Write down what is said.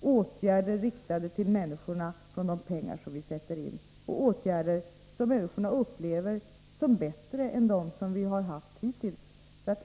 åtgärder riktade till människorna från de pengar som vi sätter in — åtgärder som människorna upplever som bättre än de som vi vidtagit hittills.